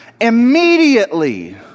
immediately